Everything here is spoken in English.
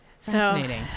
Fascinating